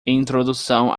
introdução